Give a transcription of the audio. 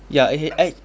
ya actu~ I